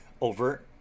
over